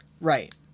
Right